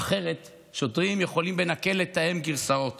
אחרת שוטרים יכולים בנקל לתאם גרסאות